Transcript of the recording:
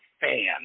fan